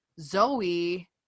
zoe